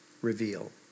reveal